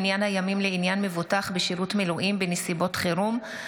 מניין הימים לעניין מבוטח בשירות מילואים בנסיבות חירום),